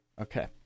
Okay